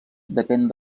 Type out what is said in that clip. depèn